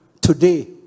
today